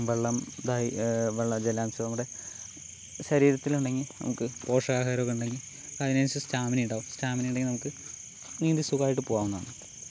അപ്പോൾ വെള്ളം ഇതായി വെള്ളം ജലാംശവും കൂടെ ശരീരത്തിലുണ്ടെങ്കിൽ നമുക്ക് പോഷകാഹാരമൊക്കെയുണ്ടെങ്കിൽ അതിനനുസരിച്ച് സ്റ്റാമിന ഉണ്ടാകും സ്റ്റാമിന ഉണ്ടെങ്കിൽ നമുക്ക് നീന്തി സുഖമായിട്ട് പോകാവുന്നതാണ്